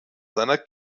seiner